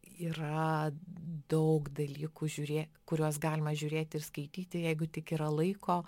yra daug dalykų žiūrėk kuriuos galima žiūrėti ir skaityti jeigu tik yra laiko